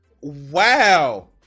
Wow